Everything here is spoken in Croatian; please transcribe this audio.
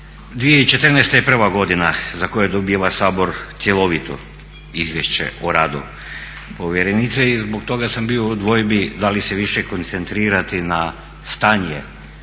2014. je prva godina za koju dobiva Sabor cjelovito izvješće o radu povjerenice i zbog toga sam bio u dvojbi da li se više koncentrirati na stanje